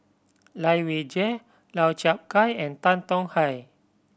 Lai Weijie Lau Chiap Khai and Tan Tong Hye